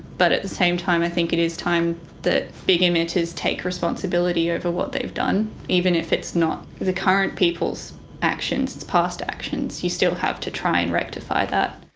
but at the same time i think it is time that big emitters take responsibility over what they've done, even if it's not the current people's actions, it's past actions, you still have to try and rectify that.